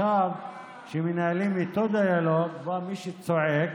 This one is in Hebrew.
עכשיו, כשמנהלים איתו דיאלוג, מי שצועק,